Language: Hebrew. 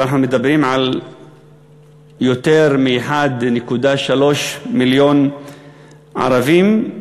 ואנחנו מדברים על יותר מ-1.3 מיליון ערבים,